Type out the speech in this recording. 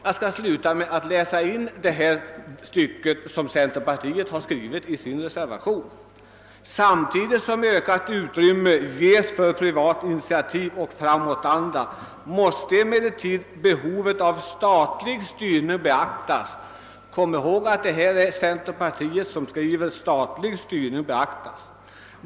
Det nyssnämnda stycket i centerpartiets reservation lyder: »Samtidigt som ökat utrymme ges för privat initiativ och framåtanda måste emellertid behovet av statlig styrning beaktas.» — Kom ihåg att det är centerpartiet som skriver detta.